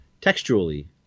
textually